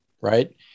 right